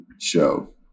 show